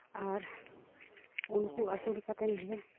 ᱟᱨ ᱩᱱᱠᱩ ᱟᱹᱥᱩᱞ ᱠᱟᱛᱮᱜᱮ